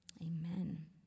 Amen